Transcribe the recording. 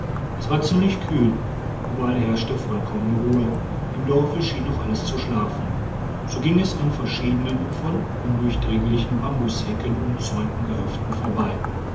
es war ziemlich kühl ueberall herrschte vollkommene ruhe im dorfe schien noch alles zu schlafen so ging es an verschiedenen von undurchdringlichen bambushecken umzäunten gehöften vorbei